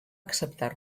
acceptar